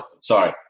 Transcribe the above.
sorry